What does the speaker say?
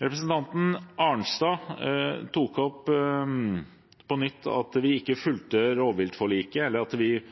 Representanten Arnstad tok på nytt opp at vi ikke følger rovviltforliket, at vi bare påpeker at vi